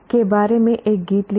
के बारे में एक गीत लिखें